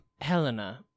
Helena